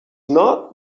not